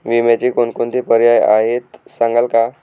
विम्याचे कोणकोणते पर्याय आहेत सांगाल का?